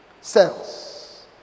cells